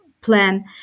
plan